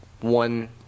one